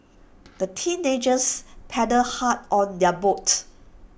the teenagers paddled hard on their boat